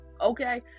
okay